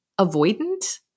avoidant